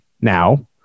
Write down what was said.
now